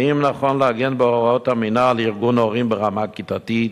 האם נכון לעגן בהוראות המינהל ארגון הורים ברמה כיתתית,